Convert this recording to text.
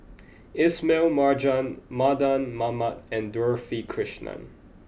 Ismail Marjan Mardan Mamat and Dorothy Krishnan